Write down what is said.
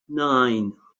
nine